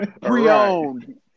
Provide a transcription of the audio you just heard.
Pre-owned